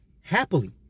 Happily